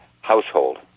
household